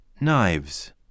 KNIVES